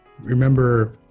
Remember